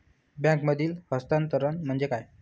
बँकांमधील हस्तांतरण म्हणजे काय?